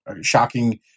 shocking